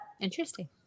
Interesting